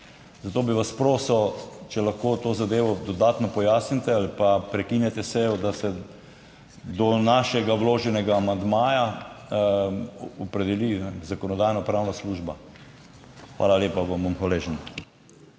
Zato bi vas prosil, če lahko to zadevo dodatno pojasnite ali pa prekinete sejo, da se do našega vloženega amandmaja opredeli Zakonodajno-pravna služba. Hvala lepa. Vam bom hvaležen.